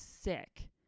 sick